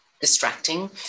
distracting